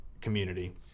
community